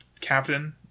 captain